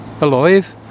alive